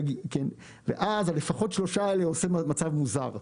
אז, הלפחות שלושה האלה יוצר מצב מוזר.